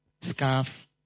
Scarf